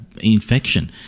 infection